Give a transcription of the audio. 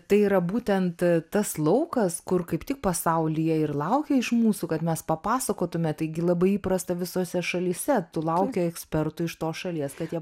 tai yra būtent tas laukas kur kaip tik pasaulyje ir laukia iš mūsų kad mes papasakotume taigi labai įprasta visose šalyse tu lauki ekspertų iš tos šalies kad jie